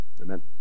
amen